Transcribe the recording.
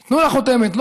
הרי חוות גלעד כבר קיימת,